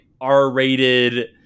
R-rated